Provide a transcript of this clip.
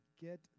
get